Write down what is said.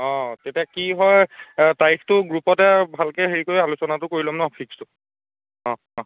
অঁ তেতিয়া কি হয় তাৰিখটো গ্ৰুপতে ভালকৈ হেৰি কৰি আলোচনাটো কৰি ল'ম ন ফিক্সটো অঁ অঁ